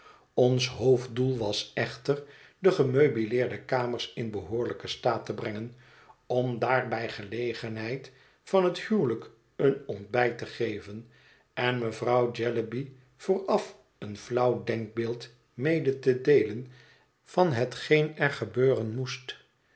ons hoofddoel was echter de gemeubileerde kamers in behoorlijken staat te brengen om daar bij gelegenheid van het huwelijk een ontbijt te geven en mevrouw jellyby vooraf een flauw denkbeeld mede te deelen van hetgeen er gebeuren moest